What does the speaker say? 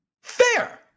fair